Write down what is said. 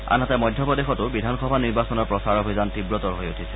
আনহাতে মধ্য প্ৰদেশতো বিধানসভা নিৰ্বাচনৰ প্ৰচাৰ অভিযান তীৱতৰ হৈ উঠিছে